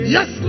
Yes